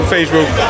Facebook